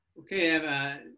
Okay